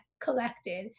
collected